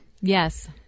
Yes